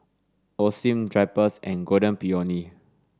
Osim Drypers and Golden Peony